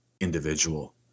individual